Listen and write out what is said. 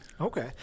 Okay